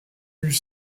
eut